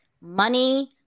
money